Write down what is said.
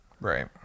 Right